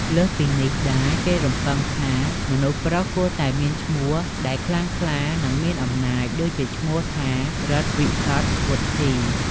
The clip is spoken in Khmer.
លើសពីនេះដែរ គេរំពឹងថាមនុស្សប្រុសគួរតែមានឈ្មោះដែលខ្លាំងខ្លា និងមានអំណាច ដូចជាឈ្មោះថា រិទ្ធ វិសុទ្ធ វុទ្ធី។